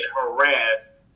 harassed